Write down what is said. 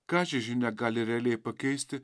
ką ši žinia gali realiai pakeisti